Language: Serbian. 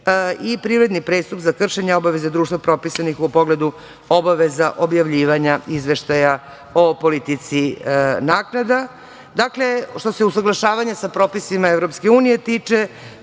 i privredni prestup za kršenje obaveza društva propisanih u pogledu obaveza objavljivanja izveštaja o politici naknada. Dakle, što se usaglašavanja sa propisima EU tiče,